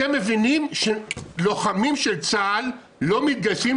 אתם מבינים שלוחמים של צה"ל לא מתגייסים